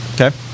Okay